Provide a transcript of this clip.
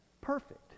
perfect